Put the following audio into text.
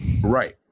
Right